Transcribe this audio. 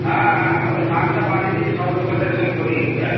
হ্যাঁ হ্যাঁ ওই ষাটটা বাড়িরই সদস্যদের সই করিয়ে নিতে হবে